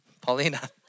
Paulina